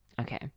Okay